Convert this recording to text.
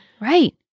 Right